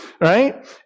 right